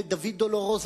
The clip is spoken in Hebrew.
ודוד דלרוזה,